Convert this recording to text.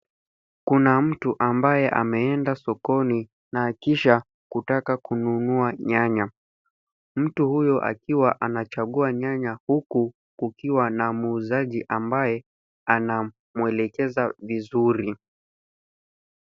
Kuna mtu ambaye ameenda sokoni na kisha kutaka kununua nyanya. Mtu huyo akiwa anachagua nyanya huku kukiwa na muuzaji ambaye anamwelekeza vizuri.